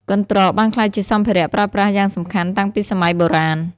កន្ត្រក បានក្លាយជាសម្ភារៈប្រើប្រាស់យ៉ាងសំខាន់តាំងពីសម័យបុរាណ។